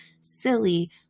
silly